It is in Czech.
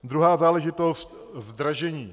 Druhá záležitost, zdražení.